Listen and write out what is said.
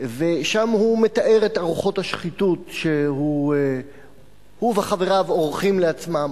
שם הוא מתאר את ארוחות השחיתות שהוא וחבריו עורכים לעצמם,